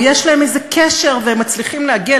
או שיש להם איזה קשר והם מצליחים להגיע